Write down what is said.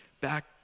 back